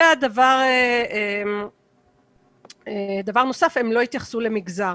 דבר נוסף הם לא התייחסו למגזר.